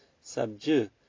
subdue